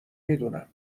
میدونم